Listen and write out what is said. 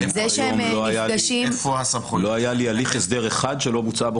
לא היה לי הליך הסדר אחד שלא בוצעה בו